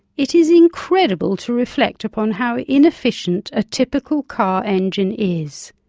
it is incredible to reflect upon how inefficient a typical car engine is.